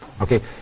Okay